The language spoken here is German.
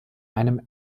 einem